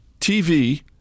TV